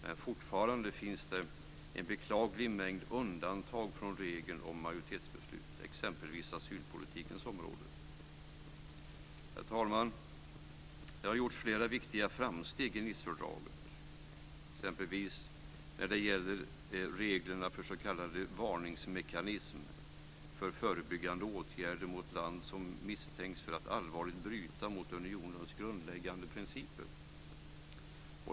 Men fortfarande finns en beklaglig mängd undantag från regeln om majoritetsbeslut, exempelvis på asylpolitikens område. Herr talman! Det har gjorts flera viktiga framsteg i Nicefördraget. Det gäller exempelvis reglerna om en s.k. varningsmekanism för förebyggande åtgärder mot ett land som misstänks för att allvarligt bryta mot unionens grundläggande principer.